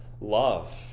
love